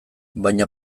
baina